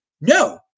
no